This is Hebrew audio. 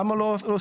למה לא עושים?